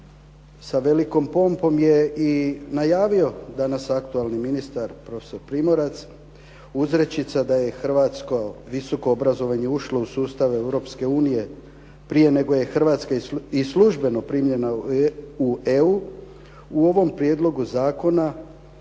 sa velikom pompom je i najavio danas aktualni ministar prof. Primorac. Uzrečica da je hrvatsko visoko obrazovanje ušlo u sustav Europske unije prije nego je Hrvatska i službeno primljena u EU u ovom prijedlogu zakona